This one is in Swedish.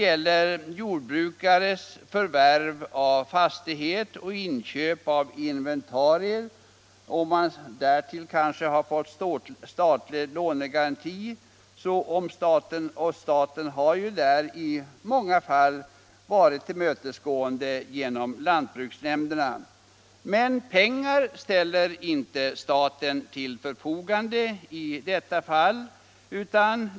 Då en jordbrukare har förvärvat en fastighet och inköpt inventarier och därtill kanske har fått statlig lånegaranti har staten ofta varit tillmötesgående genom lantbruksnämnderna. Men pengar ställer staten inte till förfogande.